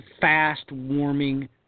fast-warming